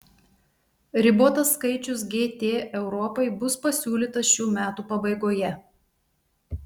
ribotas skaičius gt europai bus pasiūlytas šių metų pabaigoje